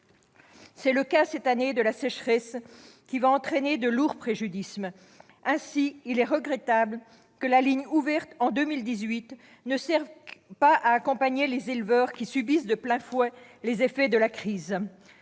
c'est le cas cette année avec la sécheresse, qui va causer de lourds préjudices. Il est regrettable que la ligne ouverte en 2018 ne serve pas à accompagner les éleveurs, qui subissent de plein fouet les effets de la crise.